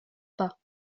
pas